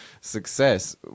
success